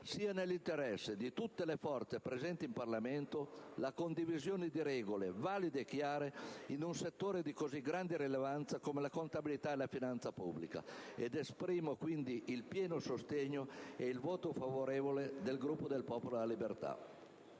sia nell'interesse di tutte le forze presenti in Parlamento la condivisione di regole valide e chiare in un settore di così grande rilevanza come la contabilità e la finanza pubblica ed esprimo quindi il pieno sostegno e il voto favorevole del Gruppo del Popolo della Libertà.